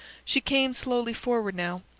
she came slowly forward now.